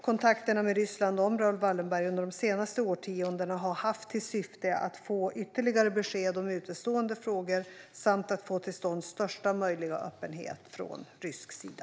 Kontakterna med Ryssland om Raoul Wallenberg under de senaste årtiondena har haft till syfte att få ytterligare besked om utestående frågor samt få till stånd största möjliga öppenhet från rysk sida.